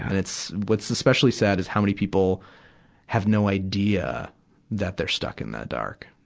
and it's, what's especially sad is how many people have no idea that they're stuck in that dark.